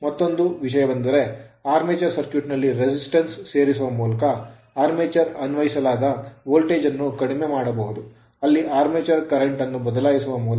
ಮತ್ತೊಂದು ವಿಷಯವೆಂದರೆ armature circuit armature circuit ನಲ್ಲಿ resistance ಪ್ರತಿರೋಧವನ್ನು ಸೇರಿಸುವ ಮೂಲಕ armature ಆರ್ಮೇಚರ್ ಗೆ ಅನ್ವಯಿಸಲಾದ ವೋಲ್ಟೇಜ್ ಅನ್ನು ಕಡಿಮೆ ಮಾಡಬಹುದು ಅಲ್ಲಿ armature current ಆರ್ಮೆಚರ್ ಕರೆಂಟ್ ಅನ್ನು ಬದಲಾಯಿಸುವ ಮೂಲಕ